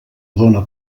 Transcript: dóna